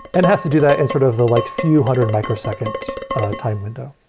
and has to do that in sort of the like few hundred microsecond time window.